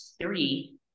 three